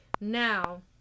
now